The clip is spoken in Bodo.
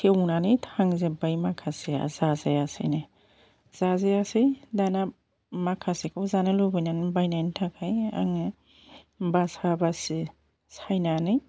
सेवनानै थांजोब्बाय माखासेआ जाजायासैनो जाजायासै दाना माखासेखौ जानो लुबैनानै बायनायनि थाखाय आङो बासा बासि सायनानै